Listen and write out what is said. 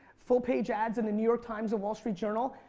full-page ads in the new york times and wall street journal.